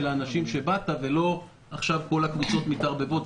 אנשים שאיתם באת ולא כל הקבוצות מתערבבות.